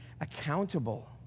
accountable